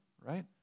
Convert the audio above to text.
right